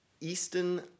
Eastern